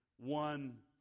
one